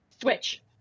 switch